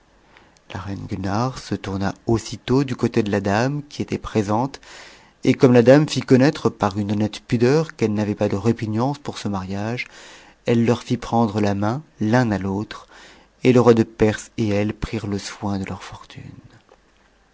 la reine gulnare se tourna aussitôt du côté de la dame qui était présente et comme la dame fit connaître par une honnête pudeur qu'elle n'avait pas de répugnance pour ce mariage elle leur fit prendre la main l'un à l'autre et le roi de perse et elle prirent le soin de leur fortune